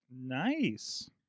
Nice